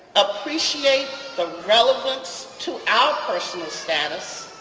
appreciate the relevance to our personal status,